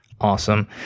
Awesome